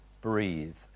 breathe